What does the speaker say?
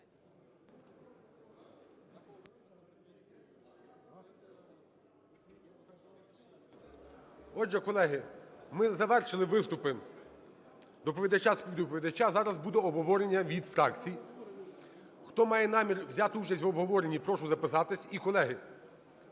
Отже, колеги, ми завершили виступи доповідача, співдоповідача. Зараз буде обговорення від фракцій. Хто має намір взяти участь в обговоренні, прошу записатись.